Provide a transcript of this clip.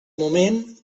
moment